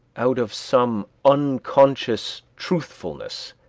out of some unconscious truthfulness,